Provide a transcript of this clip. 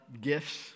gifts